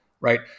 right